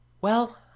Well